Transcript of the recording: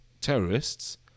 terrorists